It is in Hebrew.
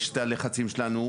יש את הלחצים שלנו,